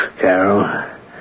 Carol